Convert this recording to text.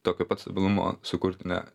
tokio pat stabilumo sukurt ne